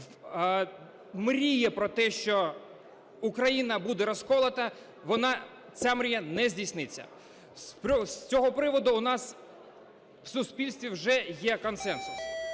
мріє про те, що Україна буде розколота, вона, ця мрія не здійсниться. З цього приводу у нас в суспільстві вже є консенсус.